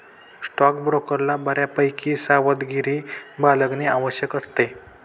स्टॉकब्रोकरला बऱ्यापैकी सावधगिरी बाळगणे आवश्यक असते